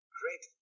great